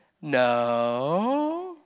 no